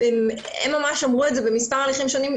הם ממש אמרו את זה במספר הליכים שונים,